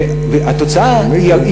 התוצאה היא,